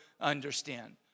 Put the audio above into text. understand